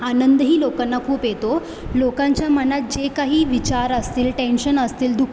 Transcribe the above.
आनंदही लोकांना खूप येतो लोकांच्या मनात जे काही विचार असतील टेन्शन असतील